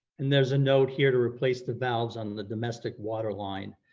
and there's a note here to replace the valves on the domestic waterline.